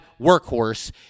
workhorse